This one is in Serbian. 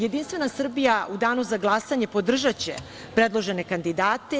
Jedinstvena Srbija u danu za glasanje podržaće predložene kandidate.